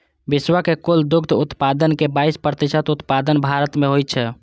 विश्व के कुल दुग्ध उत्पादन के बाइस प्रतिशत उत्पादन भारत मे होइ छै